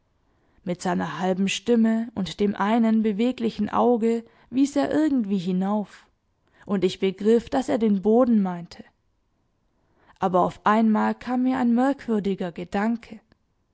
mit seiner halben stimme und dem einen beweglichen auge wies er irgendwie hinauf und ich begriff daß er den boden meinte aber auf einmal kam mir ein merkwürdiger gedanke